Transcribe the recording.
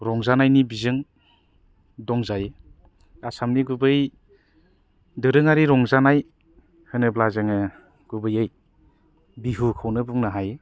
रंजानायनि बिजों दंजायो आसामनि गुबै दोरोङारि रंजानाय होनोब्ला जोङो गुबैयै बिहुखौनो बुंनो हायो